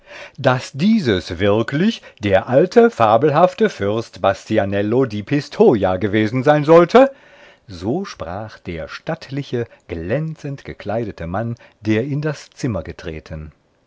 daß dieses wirklich der alte fabelhafte fürst bastianello di pistoja gewesen sein sollte so sprach der stattliche glänzend gekleidete mann der in das zimmer getreten